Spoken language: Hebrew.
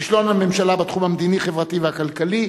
החברתי והכלכלי.